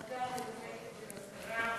עמדתה המנומקת של השרה מספיקה